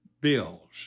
bills